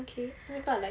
okay oh my god like